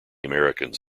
americans